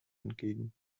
entgegen